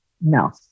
No